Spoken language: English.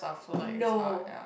no